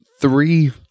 Three